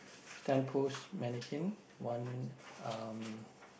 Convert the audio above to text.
stand post mannequin one um